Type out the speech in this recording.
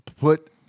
put